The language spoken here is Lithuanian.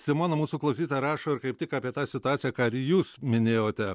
simona mūsų klausytoja rašo ir kaip tik apie tą situaciją ką ir jūs minėjote